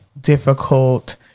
difficult